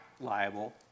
liable